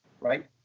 right